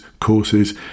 courses